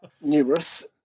numerous